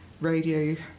radio